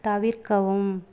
தவிர்க்கவும்